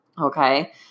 Okay